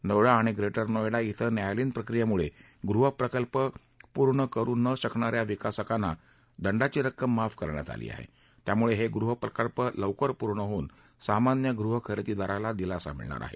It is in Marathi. नोयाडा आणि ग्रेटर नोयडा इथ न्यायालयीन प्रक्रियेमुळे गृहप्रकल्प पूर्ण करूनं शकणाऱ्या विकासकांना दंडाची रक्कम माफ करण्यात आली आहे त्यामुळे हे गृहप्रकल्प लवकर पूर्ण होवून सामान्य गृह खरेदीदाराला दिलासा मिळणार आहे